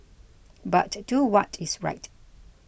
but do what is right